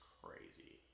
crazy